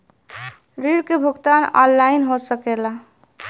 ऋण के भुगतान ऑनलाइन हो सकेला?